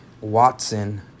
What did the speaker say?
Watson